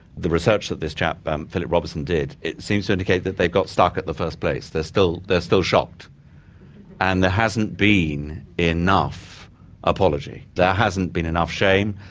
the research that this chap um philip robinson did, it seems to indicate that they've got stuck at the first place they're still they're still shocked and there hasn't been enough apology. there hasn't been enough shame.